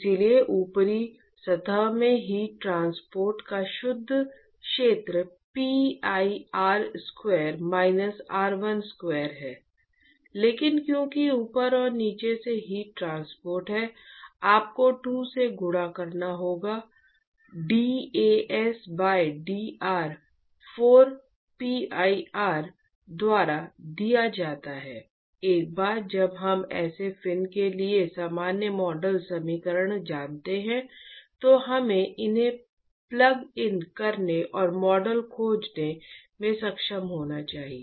इसलिए ऊपरी सतह में हीट ट्रांसपोर्ट का शुद्ध क्षेत्र pi r square minus r1 square है लेकिन क्योंकि ऊपर और नीचे से हीट ट्रांसपोर्ट है आपको 2 से गुणा करना होगा dAs बाय dr 4pir द्वारा दिया जाता है एक बार जब हम ऐसे फिन के लिए सामान्य मॉडल समीकरण जानते हैं हमें इन्हें प्लग इन करने और मॉडल खोजने में सक्षम होना चाहिए